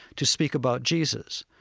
to speak about jesus.